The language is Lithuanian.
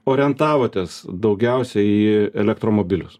orientavotės daugiausia į elektromobilius